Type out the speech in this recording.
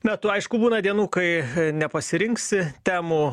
metu aišku būna dienų kai nepasirinksi temų